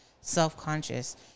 self-conscious